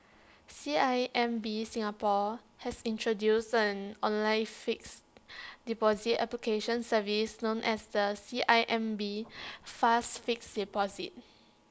C I M B Singapore has introduced an online fixed deposit application service known as the C I M B fast fixed deposit